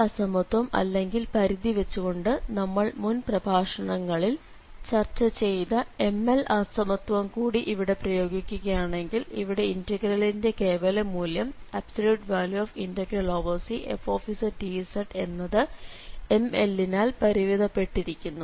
ഈ അസമത്വം അല്ലെങ്കിൽ പരിധി വച്ചു കൊണ്ട് നമ്മൾ മുൻ പ്രഭാഷണങ്ങളിൽ ചർച്ച ചെയ്ത M L അസമത്വം കൂടി ഇവിടെ പ്രയോഗിക്കുകയാണെങ്കിൽ ഇവിടെ ഇന്റഗ്രലിന്റെ കേവല മൂല്യം Cfzdzഎന്നത് ML നാൽ പരിമിതപ്പെട്ടിരിക്കുന്നു